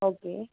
okay